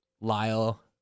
Lyle